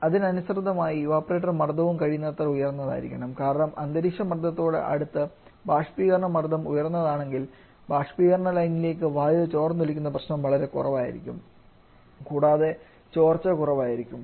അതിനനുസൃതമായി evaporator മർദ്ദവും കഴിയുന്നത്ര ഉയർന്നതായിരിക്കണം കാരണം അന്തരീക്ഷമർദ്ദത്തോട് അടുത്ത് ബാഷ്പീകരണ മർദ്ദം ഉയർന്നതാണെങ്കിൽ ബാഷ്പീകരണ ലൈനിലേക്ക് വായു ചോർന്നൊലിക്കുന്ന പ്രശ്നം വളരെ കുറവായിരിക്കും കൂടാതെ ചോർച്ച കുറവായിരിക്കും